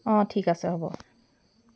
অঁ ঠিক আছে হ'ব